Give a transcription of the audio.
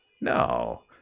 No